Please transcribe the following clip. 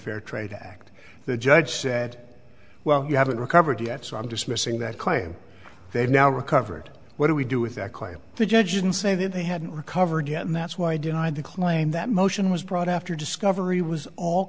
unfair trade act the judge said well you haven't recovered yet so i'm dismissing that claim they've now recovered what do we do with that claim the judge didn't say that they hadn't recovered yet and that's why deny the claim that motion was brought after discovery was all